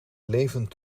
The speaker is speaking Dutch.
levend